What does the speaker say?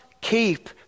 keep